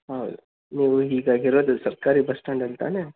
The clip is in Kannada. ಹೌದು ನೀವು ಈಗ ಇರೋದು ಸರ್ಕಾರಿ ಬಸ್ ಸ್ಟ್ಯಾಂಡಲ್ಲಿ ತಾನೇ